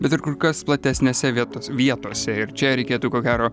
bet ir kur kas platesnėse vietos vietose ir čia reikėtų ko gero